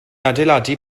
adeiladu